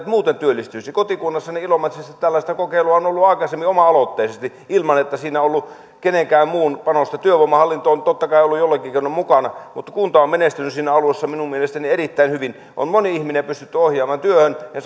muuten työllistyisi kotikunnassani ilomantsissa tällaista kokeilua on on ollut aikaisemmin oma aloitteisesti ilman että siinä on ollut kenenkään muun panosta työvoimahallinto on totta kai ollut jollakin keinoin mukana mutta kunta on menestynyt siinä alussa minun mielestäni erittäin hyvin on moni ihminen pystytty ohjaamaan työhön ja